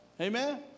Amen